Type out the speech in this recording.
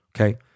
Okay